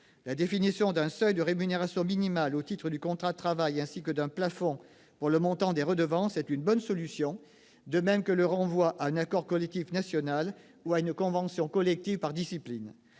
La définition d'un seuil de rémunération minimale au titre du contrat de travail, ainsi que d'un plafond pour le montant des redevances, est une bonne solution, de même que le renvoi à un accord collectif national ou à une convention collective par discipline.